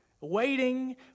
waiting